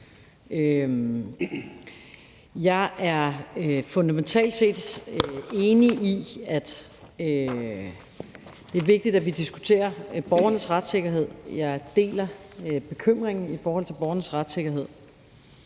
Jeg er fundamentalt enig i, at det er vigtigt, at vi diskuterer borgernes retssikkerhed. Jeg deler bekymringen om borgernes retssikkerhed.